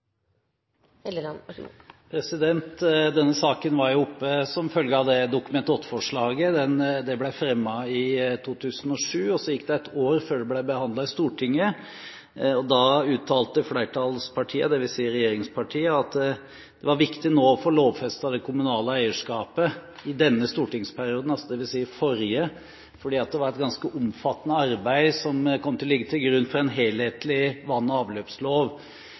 Denne saken var oppe som følge av det Dokument nr. 8-forslaget som ble fremmet i 2007. Så gikk det et år før det ble behandlet i Stortinget, og da uttalte flertallspartiene, dvs. regjeringspartiene, at det var viktig nå å få lovfestet det kommunale eierskapet «i denne stortingsperioden», altså dvs. den forrige, fordi det var et ganske omfattende arbeid som kom til å ligge til grunn for en helhetlig vann- og avløpslov.